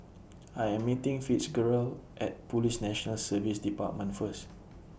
I Am meeting Fitzgerald At Police National Service department First